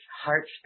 heart